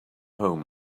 home